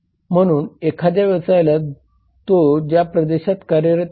तर भारतात व्यवसाय कायदे संबंधी आपल्याकडे अनेक कायदे आहेत